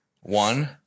One